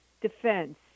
defense